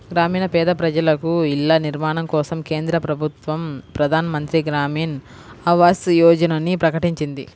గ్రామీణ పేద ప్రజలకు ఇళ్ల నిర్మాణం కోసం కేంద్ర ప్రభుత్వం ప్రధాన్ మంత్రి గ్రామీన్ ఆవాస్ యోజనని ప్రకటించింది